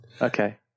Okay